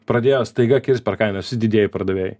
pradėjo staiga kirst per kainas visi didieji pardavėjai